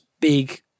big